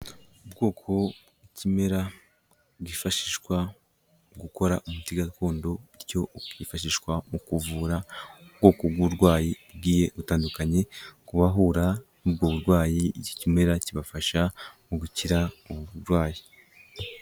Ubwoko bw'ikimera bwifashishwa mu gukora umuti gakondo bityo ukifashishwa mu kuvura ubwoko bw'uburwayi bugiye butandukanye, ku bahura n'ubwo burwayi, iki kimera kibafasha mu gukira ubu burwayi.